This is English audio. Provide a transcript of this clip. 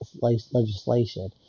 legislation